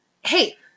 Hey